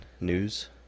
news